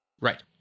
Right